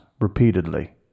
repeatedly